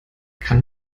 kann